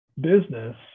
business